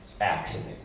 accident